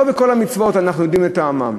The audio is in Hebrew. לא כל המצוות אנחנו יודעים את טעמן,